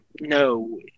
no